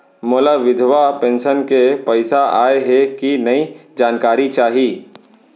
मोला विधवा पेंशन के पइसा आय हे कि नई जानकारी चाही?